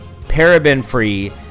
paraben-free